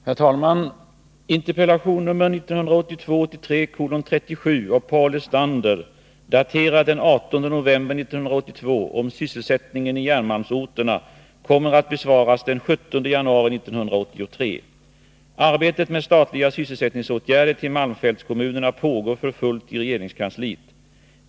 Herr talman! Interpellation 1982/83:37 av Paul Lestander, daterad den 18 november 1982, om sysselsättningen i järnmalmsorterna kommer att besvaras den 17 januari 1983. Arbetet med statliga sysselsättningsåtgärder för malmfältskommunerna pågår för fullt i regeringskansliet.